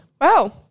Wow